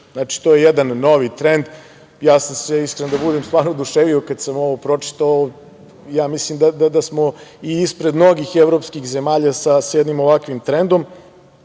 Znači, to je jedan novi trend, ja sam se iskren da budem stvarno oduševio kad sam ovo pročitao, mislim da smo ispred mnogih evropskih zemalja sa jednim ovakvim trendom